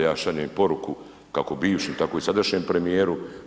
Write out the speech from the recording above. Ja šaljem poruku kako bivšem tako i sadašnjem premijeru.